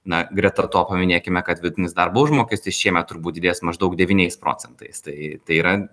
na greta to paminėkime kad vidutinis darbo užmokestis šiemet turbūt didės maždaug devyniais procentais tai tai yra